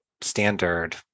standard